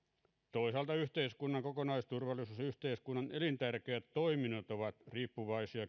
toisaalta yhteiskunnan kokonaisturvallisuus ja yhteiskunnan elintärkeät toiminnot ovat riippuvaisia